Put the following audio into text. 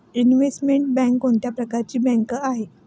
Investment bank कोणत्या प्रकारची bank आहे?